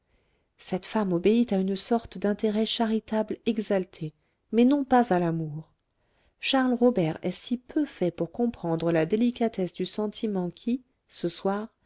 cette femme obéit à une sorte d'intérêt charitable exalté mais non pas à l'amour charles robert est si peu fait pour comprendre la délicatesse du sentiment qui ce soir